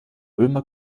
ulmer